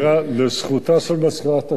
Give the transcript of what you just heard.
לזכותה של מזכירת הכנסת,